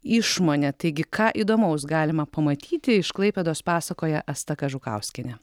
išmone taigi ką įdomaus galima pamatyti iš klaipėdos pasakoja asta kažukauskienė